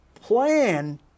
plan